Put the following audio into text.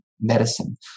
medicine